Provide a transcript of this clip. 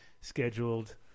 scheduled